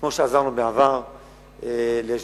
כמו שעזרנו בעבר לשדרות.